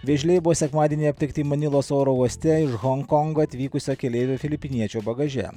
vėžliai buvo sekmadienį aptikti manilos oro uoste iš honkongo atvykusio keleivio filipiniečio bagaže